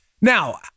Now